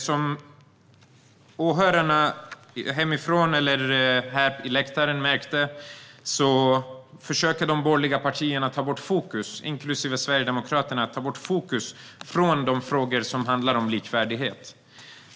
Som åhörarna där hemma eller här på läktaren har märkt försöker nämligen de borgerliga partierna inklusive Sverigedemokraterna att ta fokus från de frågor som handlar om likvärdighet.